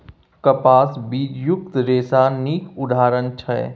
कपास बीजयुक्त रेशाक नीक उदाहरण छै